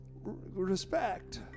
respect